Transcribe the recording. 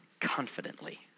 confidently